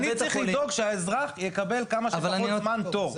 אני צריך לדאוג שהאזרח יקבל תוך כמה שפחות זמן תור.